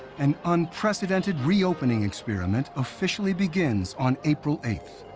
an unprecedented reopening experiment officially begins on april eight.